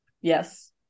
Yes